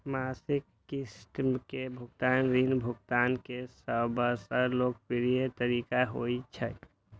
मासिक किस्त के भुगतान ऋण भुगतान के सबसं लोकप्रिय तरीका होइ छै